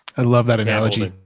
i love that analogy.